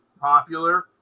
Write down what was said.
popular